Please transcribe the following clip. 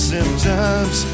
Symptoms